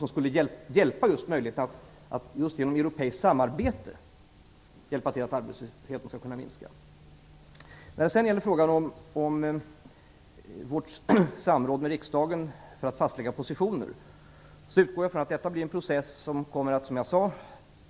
Det skulle stärka möjligheten att just genom europeiskt samarbete hjälpa till så att arbetslösheten skulle kunna minska. När det sedan gäller frågan om regeringens samråd med riksdagen för att fastlägga positioner utgår jag från att det blir en process som kommer, som jag tidigare